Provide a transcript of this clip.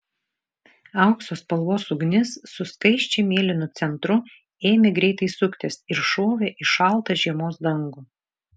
aukso spalvos ugnis su skaisčiai mėlynu centru ėmė greitai suktis ir šovė į šaltą žiemos dangų